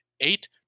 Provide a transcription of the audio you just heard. eight